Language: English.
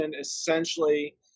essentially –